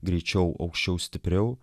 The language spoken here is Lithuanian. greičiau aukščiau stipriau